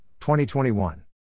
2021